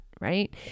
right